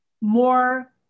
more